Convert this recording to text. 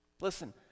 Listen